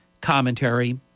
commentary